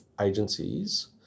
agencies